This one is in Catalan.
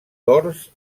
dors